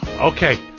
Okay